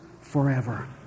forever